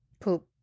poop